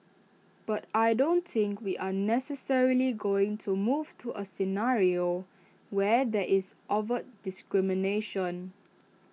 but I don't think we are necessarily going to move to A scenario where there is overt discrimination